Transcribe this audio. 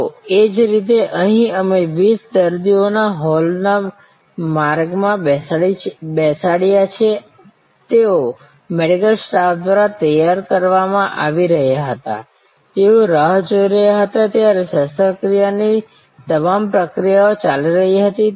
તો એ જ રીતે અહીં અમે 20 દર્દીઓને હોલના માર્ગ માં બેસાડીયા છે તેઓ મેડિકલ સ્ટાફ દ્વારા તૈયાર કરવામાં આવી રહ્યા હતા તેઓ રાહ જોઈ રહ્યા હતા ત્યારે શાસ્ત્ર ક્રિયા ની તમામ પ્રક્રિયાઓ ચાલી રહી હતી